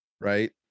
right